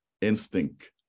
Instinct